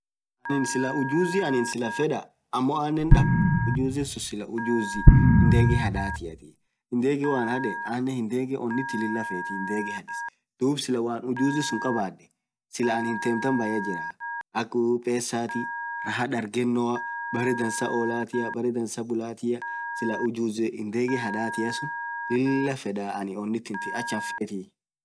ujuzi annin clah fedda amo annin dab taa hindegee hadatiatii, hindege hoo annin hadee onit tiih akama fetti ,hindege hadis clah anen bayya jiraa, akk pesaati baree dansaa olaa, baree dansaa bulaa, clah oniit tintih ach anfetii.